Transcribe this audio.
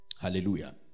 hallelujah